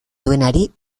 duenari